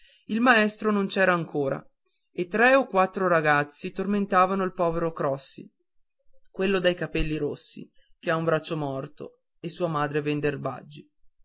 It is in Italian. il maestro non c'era ancora e tre o quattro ragazzi tormentavano il povero crossi quello coi capelli rossi che ha un braccio morto e